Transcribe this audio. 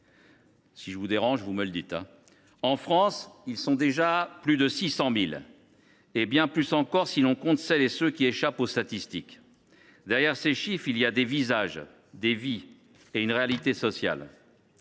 ils pourraient être 43 millions ! En France, ils sont déjà plus de 600 000, et bien plus encore si l’on compte celles et ceux qui échappent aux statistiques. Derrière ces chiffres, il y a des visages, des vies et une réalité sociale.